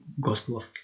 gospel